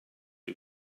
who